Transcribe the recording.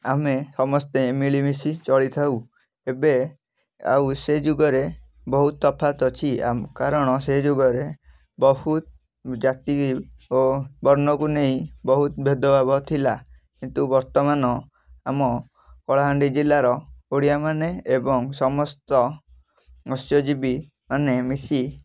ଆମେ ସମସ୍ତେ ମିଳିମିଶି ଚଳିଥାଉ ଏବେ ଆଉ ସେ ଯୁଗରେ ବହୁତ ତଫାତ୍ ଅଛି ଆ କାରଣ ସେ ଯୁଗରେ ବହୁତ ଜାତି ଓ ବର୍ଣ୍ଣକୁ ନେଇ ବହୁତ ଭେଦଭାବ ଥିଲା କିନ୍ତୁ ବର୍ତ୍ତମାନ ଆମ କଳାହାଣ୍ଡି ଜିଲ୍ଲାର ଓଡ଼ିଆ ମାନେ ଏବଂ ସମସ୍ତ ମତ୍ସଜୀବୀ ମାନେ ମିଶି